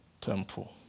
temple